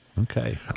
Okay